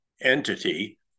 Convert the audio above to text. entity